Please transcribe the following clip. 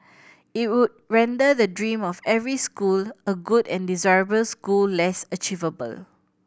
it would render the dream of every school a good and desirable school less achievable